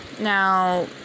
now